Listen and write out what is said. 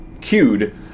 cued